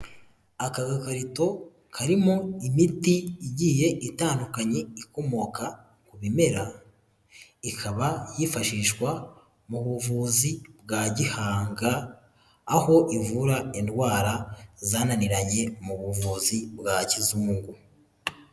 Aka gakarito karimo imiti igiye itandukanye ikomoka ku bimera, ikaba yifashishwa mu buvuzi bwa gihanga, aho ivura indwara zananiranye mu buvuzi bwa kizungu.